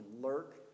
lurk